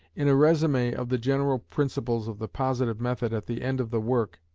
in a resume of the general principles of the positive method at the end of the work,